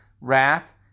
wrath